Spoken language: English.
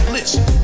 Listen